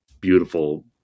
beautiful